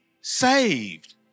saved